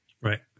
Right